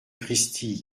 pristi